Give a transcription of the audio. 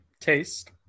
taste